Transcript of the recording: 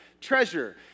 treasure